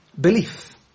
belief